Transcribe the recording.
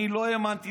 אני לא האמנתי,